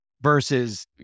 versus